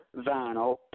Vinyl